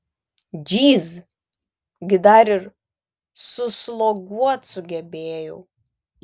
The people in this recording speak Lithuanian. džyz gi dar ir susloguot sugebėjau